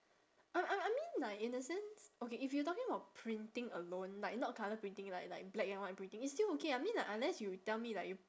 I I I mean like in a sense okay if you talking about printing alone like not colour printing like like black and white printing it's still okay I mean like unless you tell me like you